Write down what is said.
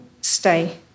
stay